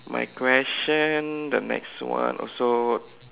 my question the next one also